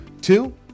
Two